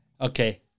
Okay